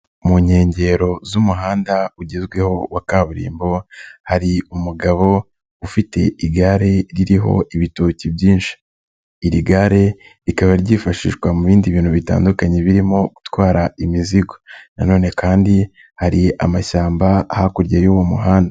Mu nkengero z'umuhanda ugezweho wa kaburimbo hari umugabo ufite igare ririho ibitoki byinshi, iri gare rikaba ryifashishwa mu bindi bintu bitandukanye birimo gutwara imizigo, nanone kandi hari amashyamba hakurya y'uwo muhanda.